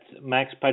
Max